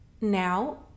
Now